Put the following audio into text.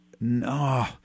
No